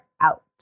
out